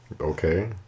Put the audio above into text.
Okay